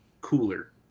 cooler